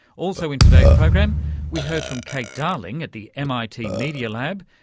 also in today's program we heard from kate darling at the mit media lab,